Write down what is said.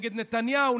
נגד נתניהו,